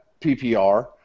PPR